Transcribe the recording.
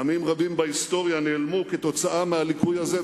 עמים רבים בהיסטוריה נעלמו בשל הליקוי הזה,